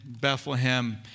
Bethlehem